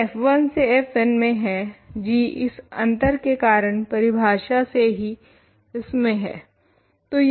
यह f1 से fn में है g इस अंतर के कारण परिभाषा से ही इसमे है